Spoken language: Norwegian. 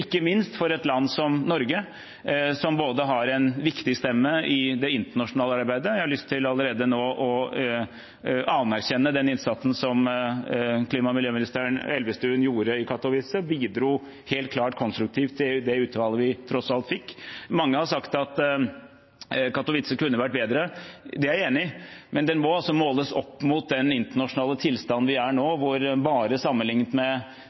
ikke minst for et land som Norge, som har en viktig stemme i det internasjonale arbeidet. Jeg har allerede nå lyst til å anerkjenne at den innsatsen som klima- og miljøminister Elvestuen gjorde i Katowice, helt klart bidro konstruktivt til den avtalen vi tross alt fikk. Mange har sagt at Katowice kunne vært bedre. Det er jeg enig i, men det må måles opp mot den internasjonale tilstanden vi er i nå, hvor vi bare sammenlignet med